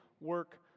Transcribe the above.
work